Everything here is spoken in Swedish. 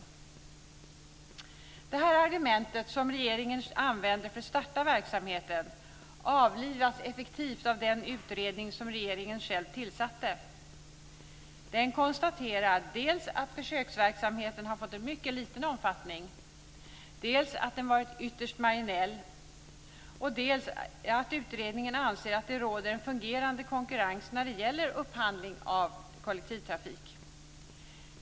Det här argumentet, som regeringen använde för att starta verksamheten, avlivas effektivt av den utredning som regeringen själv tillsatte. Den konstaterar dels att försöksverksamheten har fått en mycket liten omfattning, dels att den har varit ytterst marginell. Utredningen anser att det råder en fungerande konkurrens när det gäller upphandling av kollektivtrafik.